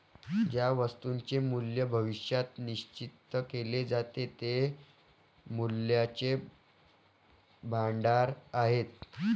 ज्या वस्तूंचे मूल्य भविष्यात निश्चित केले जाते ते मूल्याचे भांडार आहेत